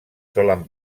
solen